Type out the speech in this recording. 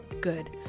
good